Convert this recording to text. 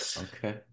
Okay